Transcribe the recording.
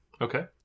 Okay